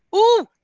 oh,